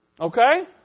Okay